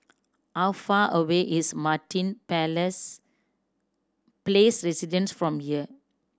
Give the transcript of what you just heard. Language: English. how far away is Martin Palace Place Residences from here